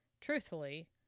Truthfully